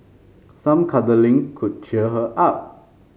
some cuddling could cheer her up